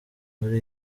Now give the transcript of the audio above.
muri